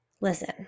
listen